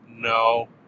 No